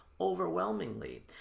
overwhelmingly